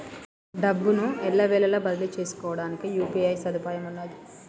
డబ్బును ఎల్లవేళలా బదిలీ చేసుకోవడానికి యూ.పీ.ఐ సదుపాయం ఉన్నది